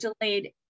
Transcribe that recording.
delayed